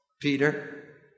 Peter